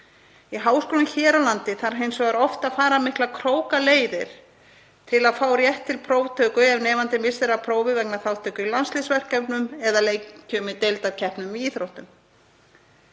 Í háskólum hér á landi þarf hins vegar oft að fara miklar krókaleiðir til að fá rétt til próftöku ef nemandi missir af prófi vegna þátttöku í landsliðsverkefnum eða leikjum í deildarkeppnum í íþróttum.